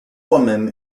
woman